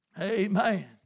Amen